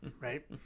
right